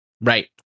Right